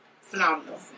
phenomenal